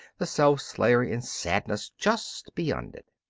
the self-slayer in sadness just beyond it.